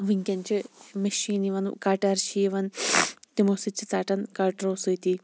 وٕنکٮ۪ن چھِ مِشیٖن یِوَان کَٹَر چھِ یِوَان تِمو سۭتۍ چھِ ژَٹَان کَٹرَو سۭتی